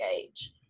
age